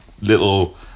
little